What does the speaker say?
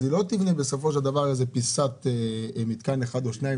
אז היא לא תיבנה בסופו של דבר איזה פיסת מתקן אחד או שניים,